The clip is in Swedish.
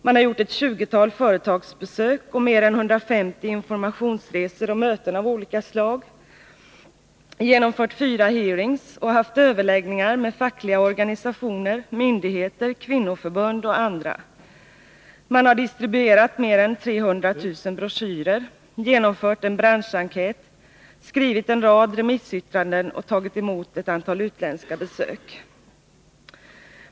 Man har gjort ett tjugotal företagsbesök och mer än 150 informationsresor och möten av olika slag, genomfört fyra hearings och haft överläggningar med fackliga organisationer, myndigheter, kvinnoförbund och andra. Man har distribuerat mer än 300 000 broschyrer, genomfört en branschenkät, skrivit en rad remissyttranden och tagit emot ett antal utländska besök.